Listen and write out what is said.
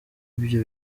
ibyo